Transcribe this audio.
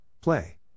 play